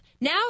Now